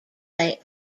they